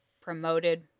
promoted